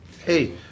hey